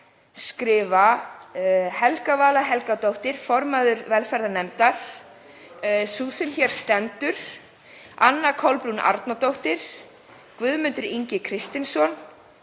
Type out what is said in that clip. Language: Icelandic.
skrifa Helga Vala Helgadóttir, formaður velferðarnefndar, sú sem hér stendur, Anna Kolbrún Árnadóttir, Guðmundur Ingi Kristinsson,